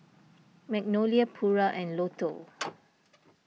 Magnolia Pura and Lotto